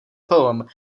poem